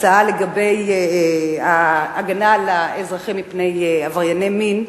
הצעה לגבי ההגנה על האזרחים מפני עברייני מין,